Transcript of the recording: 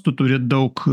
tu turi daug